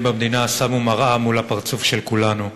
במדינה שמו מראה מול הפרצוף של כולנו.